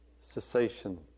cessation